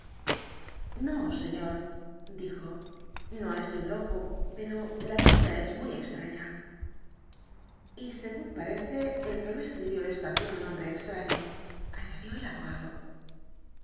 no señor dijo no es de un loco pero la letra es muy extraña y según parece el que lo escribió es también un hombre extraño añadió el abogado